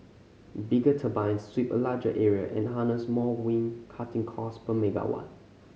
bigger turbines sweep a larger area and harness more wind cutting costs per megawatt